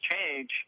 change